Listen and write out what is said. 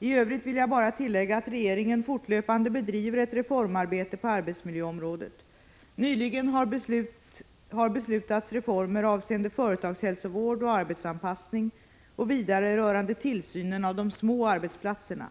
I övrigt vill jag bara tillägga att regeringen fortlöpande bedriver ett — Prot. 1985/86:119 reformarbete på arbetsmiljöområdet. Nyligen har beslutats reformer avseen — 17 april 1986 de företagshälsovård och arbetsanpassning och vidare rörande tillsynen av de små arbetsplatserna.